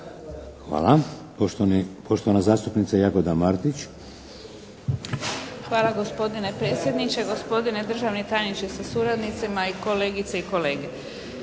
Hvala. Poštovana zastupnica Jagoda Martić. **Martić, Jagoda (SDP)** Hvala gospodine predsjedniče, gospodine državni tajniče sa suradnicima i kolegice i kolege.